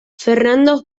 fernando